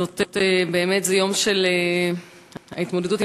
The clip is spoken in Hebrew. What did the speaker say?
זה יום של ההתמודדות,